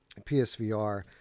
PSVR